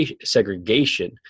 segregation